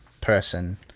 person